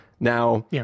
Now